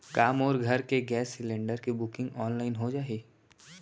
का मोर घर के गैस सिलेंडर के बुकिंग ऑनलाइन हो जाही?